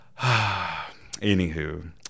Anywho